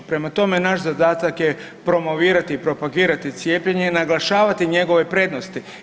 Prema tome, naš zadatak je promovirati i propagirati cijepljenje i naglašavati njegove prednosti.